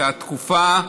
שהתקופה,